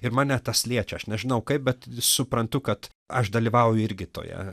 ir mane tas liečia aš nežinau kaip bet suprantu kad aš dalyvauju irgi toje